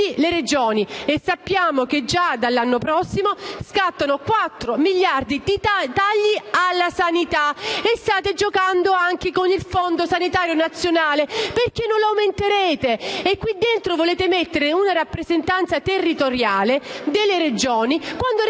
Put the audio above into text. e Comuni. E sappiamo che già dall'anno prossimo scattano quattro miliardi di tagli alla sanità. State giocando anche con il Fondo sanitario nazionale, perché non lo aumenterete. Qui dentro volete mettere una rappresentanza territoriale delle Regioni, quando in